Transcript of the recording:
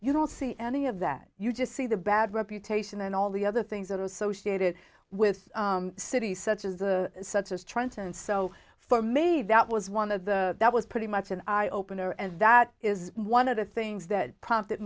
you don't see any of that you just see the bad reputation and all the other things that are associated with cities such as such as trenton so for may that was one of the that was pretty much an eye opener and that is one of the things that prompted